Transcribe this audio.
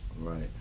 Right